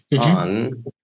on